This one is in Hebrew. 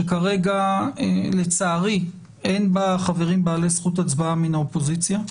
שכרגע לצערי אין בה חברים בעלי זכות הצבעה מן האופוזיציה,